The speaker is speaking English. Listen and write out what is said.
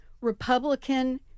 Republican